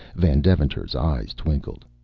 van deventer's eyes twinkled.